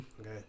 Okay